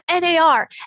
NAR